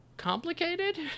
complicated